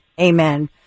Amen